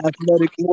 athletic